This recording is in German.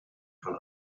von